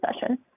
session